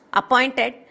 appointed